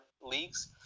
leagues